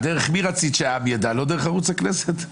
דרך מי רצית שהעם ידע, לא דרך ערוץ הכנסת?